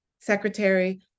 secretary